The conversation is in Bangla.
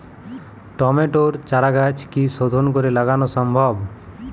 টমেটোর চারাগাছ কি শোধন করে লাগানো সম্ভব?